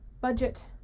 budget